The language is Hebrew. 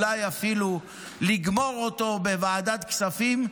אולי אפילו לגמור אותו בוועדת הכספים,